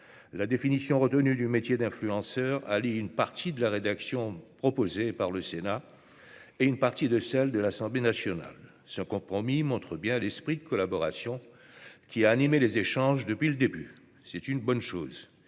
la définition du métier d'influenceur retenue dans le texte allie une partie de la rédaction proposée par le Sénat et une partie de la rédaction issue de l'Assemblée nationale. Ce compromis montre bien l'esprit de collaboration qui a animé les échanges depuis le début. C'est une bonne chose.